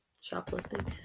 shoplifting